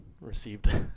received